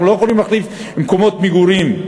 אנחנו לא יכולים להחליף מקומות מגורים.